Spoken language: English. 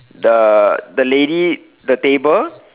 the the lady the table